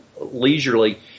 leisurely